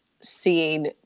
seeing